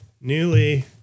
Newly